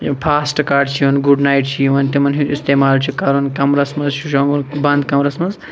fast card چھِ یِوان good night چھِ یِوان تِمَن ہُنٛد اِستعمال چھُ کَرُن کَمرَس مَنٛز چھُ شوٚنٛگُن بَنٛد کَمرَس مَنٛز